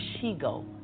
she-go